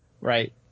Right